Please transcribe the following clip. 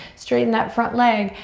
straighten that front leg,